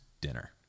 dinner